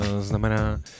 znamená